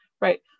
right